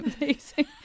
amazing